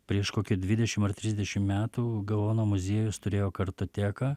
prieš kokį dvidešim ar trisdešim metų gaono muziejus turėjo kartoteką